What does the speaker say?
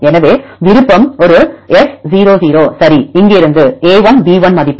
எனவே விருப்பம் ஒரு S 0 0 சரி இங்கிருந்து a1 b1 மதிப்பு